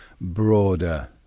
broader